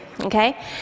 okay